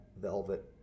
velvet